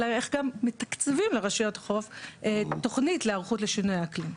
אלא איך גם מתקצבים לרשויות החוף תוכנית להיערכות לשינויי האקלים.